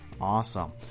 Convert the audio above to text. Awesome